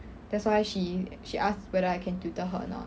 that's why she she asked whether I can tutor her a not